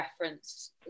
reference